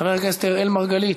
חבר הכנסת אראל מרגלית,